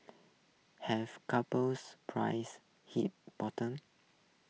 have couple prices hit bottom